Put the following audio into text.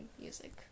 music